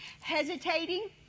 hesitating